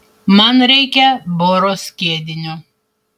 man reikia boro skiedinio